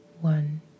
one